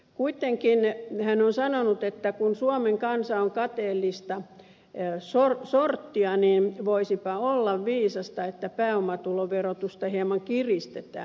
kuitenkin hän on sanonut että kun suomen kansa on kateellista sorttia niin voisipa olla viisasta että pääomatuloverotusta hieman kiristetään